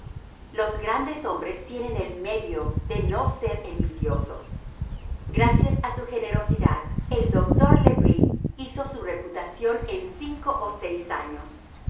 los grandes hombres tienen el medio de no ser envidiosos gracias a su generosidad el doctor le bris hizo su reputación en cinco o seis años